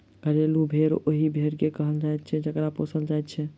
घरेलू भेंड़ ओहि भेंड़ के कहल जाइत छै जकरा पोसल जाइत छै